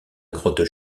grotte